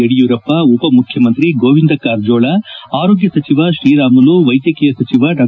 ಯಡಿಯೂರಪ್ಪ ಉಪಮುಖ್ಯಮಂತ್ರಿ ಗೋವಿಂದ ಕಾರಜೋಳ ಆರೋಗ್ಯ ಸಚಿವ ಶ್ರೀರಾಮುಲು ವೈದ್ಯಕೀಯ ಸಚಿವ ಡಾ